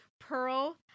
Pearl